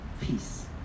Peace